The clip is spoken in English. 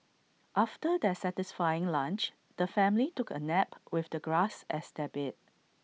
after their satisfying lunch the family took A nap with the grass as their bed